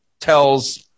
tells